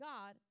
God